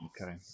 okay